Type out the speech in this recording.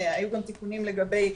היו גם תיקונים לגבי,